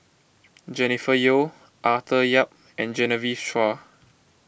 Jennifer Yeo Arthur Yap and Genevieve Chua